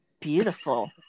beautiful